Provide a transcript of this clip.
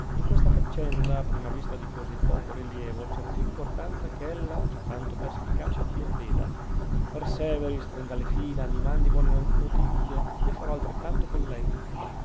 in questa faccenda a prima vista di così poco rilievo c'è più importanza che ella già tanto perspicace non veda perseveri stringa le fila e mi mandi buone notizie io farò altrettanto con lei